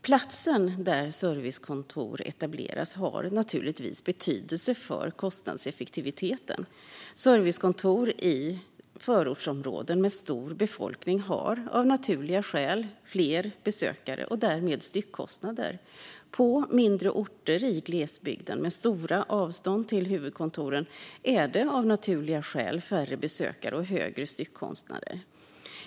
Platsen där servicekontor etableras har naturligtvis betydelse för kostnadseffektiviteten. Servicekontor i förortsområden med stor befolkning har av naturliga skäl fler besökare och därmed lägre styckkostnader. På mindre orter i glesbygden, med stora avstånd till huvudkontoren, är det av naturliga skäl färre besökare och högre styckkostnader.